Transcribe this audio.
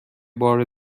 بار